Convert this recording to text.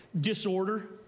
disorder